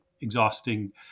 exhausting